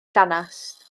llanast